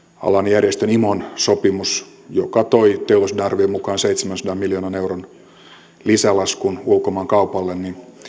järjestön imon sopimus joka toi teollisuuden arvion mukaan seitsemänsadan miljoonan euron lisälaskun ulkomaankaupalle